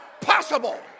possible